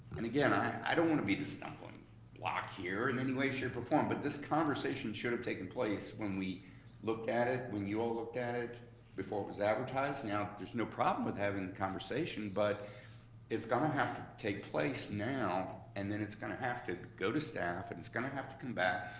and again, i don't wanna be the stumbling block here in any way, shape, or form, but this conversation should have taken place when we looked at it, when you all looked at it before it was advertised. now there's no problem with having the conversation, but it's gonna have to take place now, and then it's gonna have to go to staff, and it's gonna have to back.